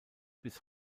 bis